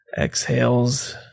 exhales